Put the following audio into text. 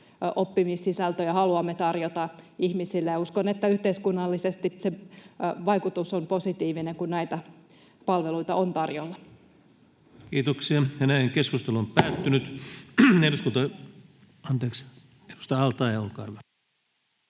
oppimissisältöjä haluamme tarjota ihmisille, ja uskon, että yhteiskunnallisesti se vaikutus on positiivinen, kun näitä palveluita on tarjolla. [Speech 37] Speaker: Ensimmäinen